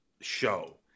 show